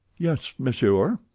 yes, monsieur.